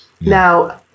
Now